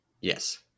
Yes